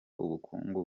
ubukungu